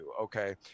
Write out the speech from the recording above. okay